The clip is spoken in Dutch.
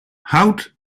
hout